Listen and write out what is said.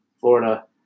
Florida